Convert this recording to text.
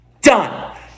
Done